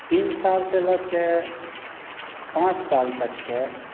तीन सालसँ लऽ के पाँच साल तकके